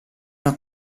una